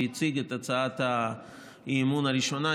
שהציג את הצעת האי-אמון הראשונה,